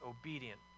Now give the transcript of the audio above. obedient